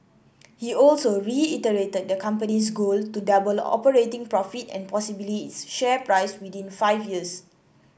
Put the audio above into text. he also reiterated the company's goal to double operating profit and possibly its share price within five years